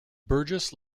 burgess